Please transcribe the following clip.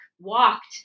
walked